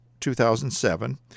2007